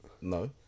No